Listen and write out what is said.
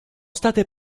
state